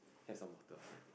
get some water also